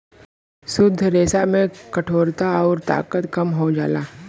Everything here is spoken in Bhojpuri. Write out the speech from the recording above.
शुद्ध रेसा में कठोरता आउर ताकत कम हो जाला